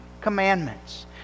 commandments